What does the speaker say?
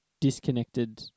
disconnected